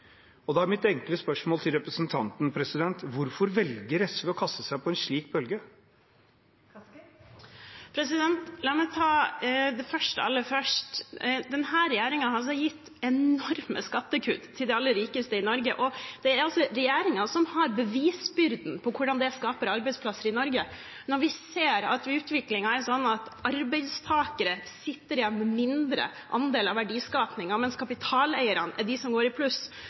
fare. Da er mitt enkle spørsmål til representanten: Hvorfor velger SV å kaste seg på en slik bølge? La meg ta det første aller først: Denne regjeringen har gitt enorme skattekutt til de aller rikeste i Norge. Det er regjeringen som har bevisbyrden på hvordan det skaper arbeidsplasser i Norge. Når vi ser at utviklingen er sånn at arbeidstakere sitter igjen med mindre andel av verdiskapingen, mens kapitaleierne er de som går i pluss,